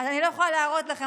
אני לא יכולה להראות לכם,